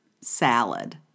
salad